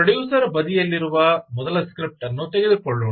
producer ಬದಿಯಲ್ಲಿರುವ ಮೊದಲ script ಅನ್ನು ತೆಗೆದುಕೊಳ್ಳೋಣ